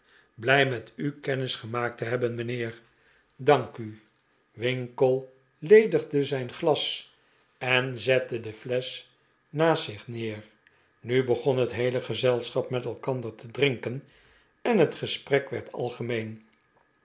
blij met u kennis gemaakt te hebben mijnheer dank u winkle ledigde zijn glas en d'e pick wick club zette de flesch naast zich neer nu begon het geheele gezelschap met elkander te drin'ken en het gesprek werd algemeen